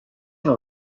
نوع